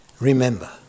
Remember